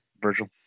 Virgil